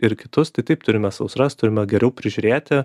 ir kitus tai taip turime sausras turime geriau prižiūrėti